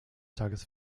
tages